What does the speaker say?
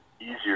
easier